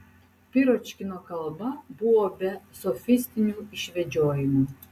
piročkino kalba buvo be sofistinių išvedžiojimų